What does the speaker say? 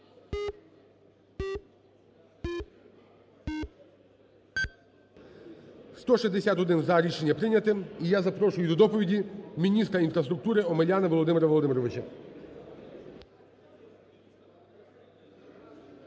За-161 Рішення прийнято. І я запрошую до доповіді міністра інфраструктури Омеляна Володимира Володимировича.